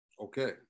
Okay